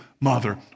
mother